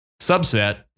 subset